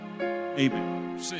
Amen